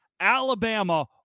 Alabama